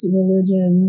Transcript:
religion